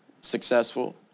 successful